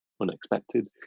unexpected